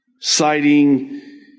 citing